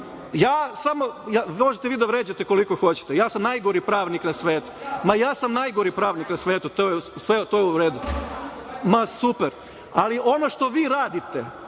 jel tako? Možete vi da vređate koliko hoćete, ja sam najgori pravnik na svetu. Ma, ja sam najgori pravnik na svetu, sve je to u redu. Ma, super, ali ono što vi radite,